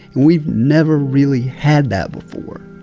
and we've never really had that before.